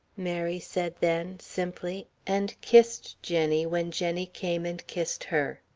mary said then, simply, and kissed jenny, when jenny came and kissed her.